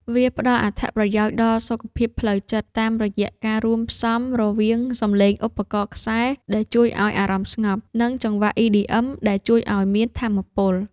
វាផ្ដល់អត្ថប្រយោជន៍ដល់សុខភាពផ្លូវចិត្ត តាមរយៈការរួមផ្សំរវាងសំឡេងឧបករណ៍ខ្សែដែលជួយឱ្យអារម្មណ៍ស្ងប់ និងចង្វាក់ EDM ដែលជួយឱ្យមានថាមពល។